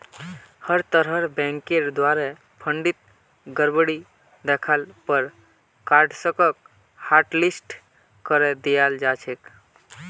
हर तरहर बैंकेर द्वारे फंडत गडबडी दख ल पर कार्डसक हाटलिस्ट करे दियाल जा छेक